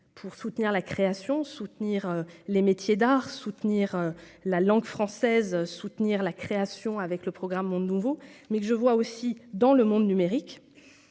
pour soutenir la création, soutenir les métiers d'art, soutenir la langue française, soutenir la création avec le programme mon nouveau mais je vois aussi dans le monde numérique